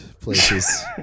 places